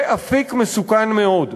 זה אפיק מסוכן מאוד,